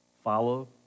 Follow